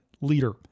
leader